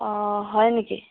অ' হয় নেকি